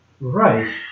Right